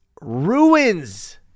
ruins